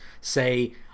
say